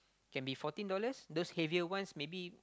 can be fourteen dollars those heavier ones maybe